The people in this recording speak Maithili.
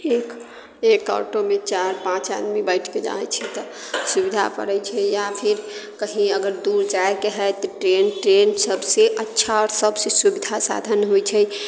एक एक ऑटोमे चारि पाँच आदमी बैठि कऽ जाइत छी तऽ सुविधा पड़ैत छै या फेर कहीँ अगर दूर जाइके हइ तऽ ट्रेन ट्रेन सभसँ अच्छा आओर सभसँ सुविधा साधन होइत छै